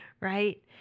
right